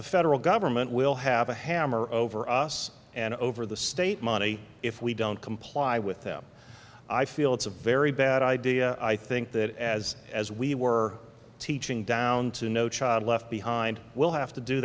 the federal government will have a hammer over us and over the state money if we don't comply with them i feel it's a very bad idea i think that as as we were teaching down to no child left behind we'll have to do